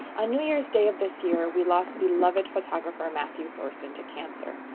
on new year's day of this year we lost beloved photographer matthew thorsen to cancer.